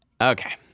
Okay